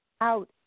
out